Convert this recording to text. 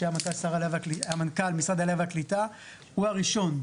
כשמנכ"ל משרד העלייה והקליטה הוא הראשון,